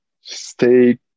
stay